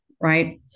right